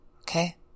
okay